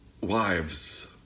Wives